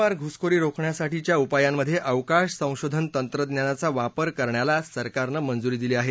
सीमापार घुसखोरी रोखण्यासाठीच्या उपायांमधे अवकाश संशोधन तंत्रज्ञानाचा वापर करण्याला सरकारनं मंजुरी दिली आहे